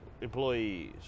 employees